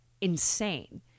insane